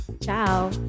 ciao